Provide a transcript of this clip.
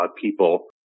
people